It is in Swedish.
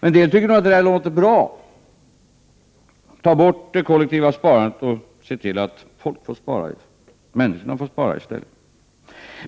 En del tycker nog att det låter bra att ta bort det kollektiva sparandet och se till att människorna får spara i stället.